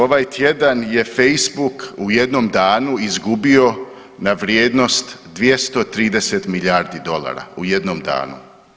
Ovaj tjedan je Facebook u jednom danu izgubio na vrijednost 230 milijardi dolara u jednom danu.